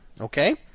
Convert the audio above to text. Okay